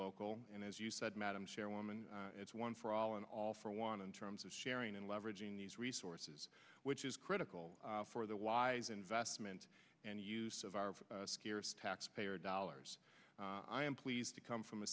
local and as you said madam chairwoman it's one for all and all for one in terms of sharing and leveraging these resources which is critical for the wise investment and use of our scarce taxpayer dollars i am pleased to come from a